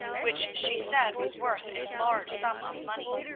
which she said was worth a large sum of money.